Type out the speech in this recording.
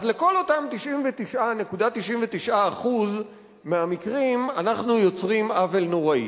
אז לכל אותם 99.99% מהמקרים אנחנו יוצרים עוול נורא.